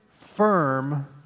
firm